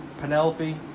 Penelope